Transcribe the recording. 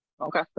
Okay